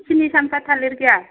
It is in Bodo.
सिंनसाम्पा थालिर गैया